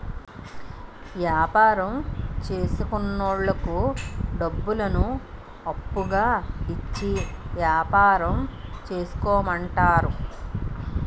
యాపారం చేసుకున్నోళ్లకు డబ్బులను అప్పుగా ఇచ్చి యాపారం చేసుకోమంటారు